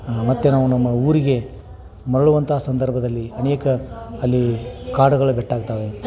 ಮತ್ತೆ ನಾವು ನಮ್ಮ ಊರಿಗೆ ಮರಳುವಂಥ ಸಂದರ್ಭದಲ್ಲಿ ಅನೇಕ ಅಲ್ಲಿ ಕಾಡುಗಳು ಭೇಟಿ ಆಗ್ತವೆ